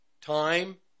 time